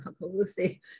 lucy